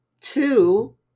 Two